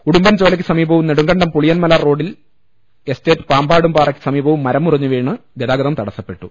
ഉടുമ്പൻചോലക്കു സമീപവും നെടുങ്കണ്ടം പുളിയൻമല റോഡിൽ എസ്റ്റേറ്റ് പാമ്പാടുംപാറയ്ക്ക് സമീപവും മരം മുറിഞ്ഞു വീണ് ഗതാഗതം തടസ്സപ്പെട്ടു